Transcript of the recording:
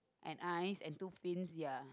and eyes and two fins ya